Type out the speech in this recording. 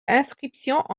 inscriptions